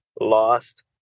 lost